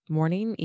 morning